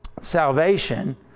salvation